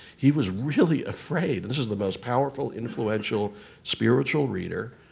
he was really afraid, this is the most powerful, influential spiritual reader,